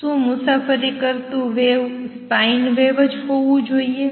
શું મુસાફરી કરતું વેવ sin વેવ જ હોવું જોઈએ